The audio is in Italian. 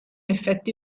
effetto